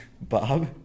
Bob